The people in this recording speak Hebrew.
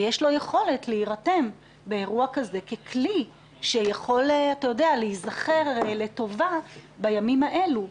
ויש לו יכולת להירתם באירוע כזה ככלי שיכול להיזכר לטובה בימים האלו.